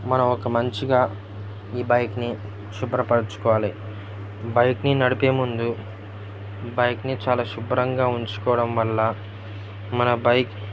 మనం ఒక మంచిగా ఈ బైక్ని శుభ్రపరచుకోవాలి బైక్ని నడిపే ముందు బైక్ని చాలా శుభ్రంగా ఉంచుకోవడం వల్ల మన బైక్